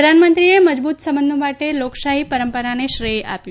પ્રધાનમંત્રીએ મજબૂત સંબંધો માટે લોકશાહી પરંપરાને શ્રેય આપ્યું